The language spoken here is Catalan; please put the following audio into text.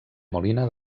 molina